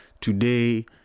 today